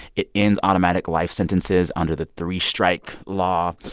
it ends automatic life sentences under the three-strike law.